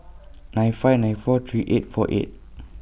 nine five nine four three eight four eight